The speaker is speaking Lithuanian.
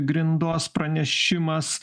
grindos pranešimas